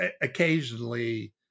occasionally